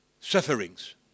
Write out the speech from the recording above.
Sufferings